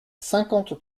cinquante